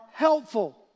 helpful